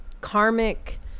karmic